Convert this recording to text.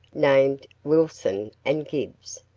named wilson and gibbs,